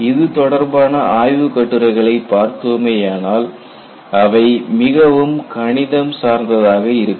இது தொடர்பான ஆய்வுக்கட்டுரைகளை பார்த்தோமேயானால் அவை மிகவும் கணிதம் சார்ந்ததாக இருக்கும்